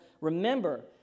remember